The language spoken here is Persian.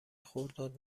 خرداد